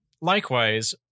likewise